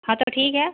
हाँ तो ठीक है